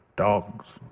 dogs.